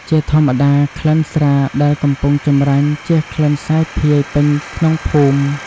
ជាធម្មតា ក្លិនស្រាដែលកំពុងចម្រាញ់ជះក្លិនសាយភាយពេញក្នុងភូមិ។